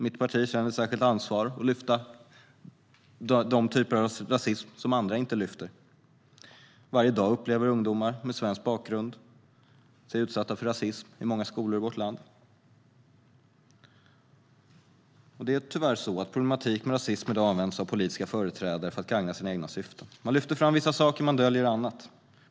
Mitt parti känner ett särskilt ansvar att lyfta de typer av rasism som andra inte lyfter. Varje dag upplever ungdomar med svensk bakgrund sig utsatta för rasism i många skolor i vårt land. Det är tyvärr så att problematik med rasism i dag används av politiska företrädare för att gagna sina egna syften. Man lyfter fram vissa saker. Man döljer annat.